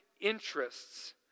interests